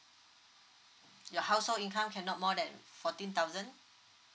your household income cannot more than fourteen thousand